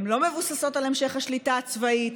הן לא מבוססות על המשך השליטה הצבאית,